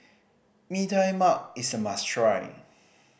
Mee Tai Mak is a must try